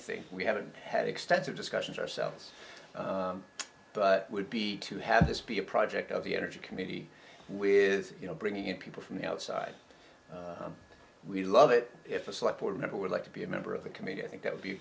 think we haven't had extensive discussions ourselves but would be to have this be a project of the energy committee with you know bringing in people from the outside we love it if a select board member would like to be a member of the committee i think that would be a